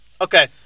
okay